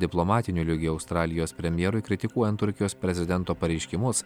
diplomatiniu lygiu australijos premjerui kritikuojant turkijos prezidento pareiškimus